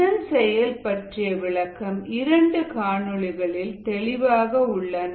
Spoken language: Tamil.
இதன் செயல் பற்றிய விளக்கம் இரண்டு காணொளிகளில் தெளிவாக உள்ளன